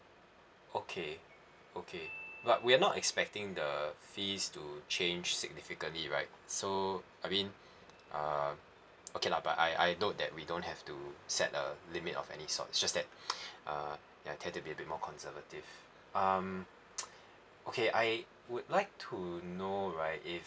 okay okay but we are not expecting the fees to change significantly right so I mean uh okay lah but I I know that we don't have to set a limit of any sort it's just that uh ya I tend to be a bit more conservative um okay I would like to know right if